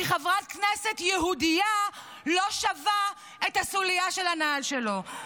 כי חברת כנסת יהודייה לא שווה את הסוליה של הנעל שלו.